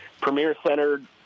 premier-centered